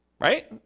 Right